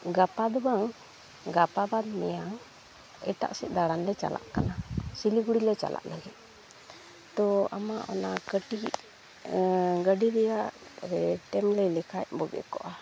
ᱜᱟᱯᱟᱫᱚ ᱵᱟᱝ ᱜᱟᱯᱟ ᱵᱟᱫ ᱢᱮᱭᱟᱝ ᱮᱴᱟᱜᱥᱮᱫ ᱫᱟᱬᱟᱱᱞᱮ ᱪᱟᱞᱟᱜ ᱠᱟᱱᱟ ᱥᱤᱞᱤᱜᱩᱲᱤᱞᱮ ᱪᱟᱞᱟᱜ ᱞᱟᱹᱜᱤᱫ ᱛᱳ ᱟᱢᱟᱜ ᱚᱱᱟ ᱠᱟᱹᱴᱤᱡ ᱜᱟᱹᱰᱤ ᱨᱮᱭᱟᱜ ᱨᱮᱴ ᱼᱮᱢ ᱞᱟᱹᱭ ᱞᱮᱠᱷᱟᱡ ᱵᱳᱜᱮ ᱠᱚᱜᱼᱟ